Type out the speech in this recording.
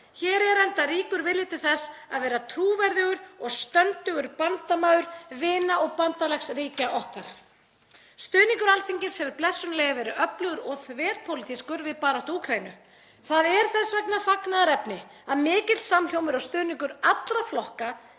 Hér er enda ríkur vilji til þess að vera trúverðugur og stöndugur bandamaður vina- og bandalagsríkja okkar. Stuðningur Alþingis hefur blessunarlega verið öflugur og þverpólitískur við baráttu Úkraínu. Það er þess vegna fagnaðarefni að mikill samhljómur og stuðningur allra flokka